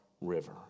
River